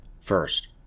First